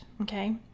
okay